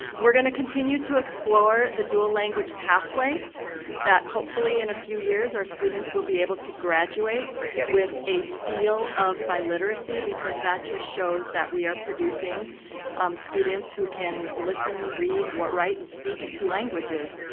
we're going to continue to explore the dual language pathway that hopefully in a few years our students will be able to graduate with a seal of biliteracy because that just shows that we are producing students who can listen, read, write, and speak in two languages.